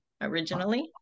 originally